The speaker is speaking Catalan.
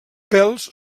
pèls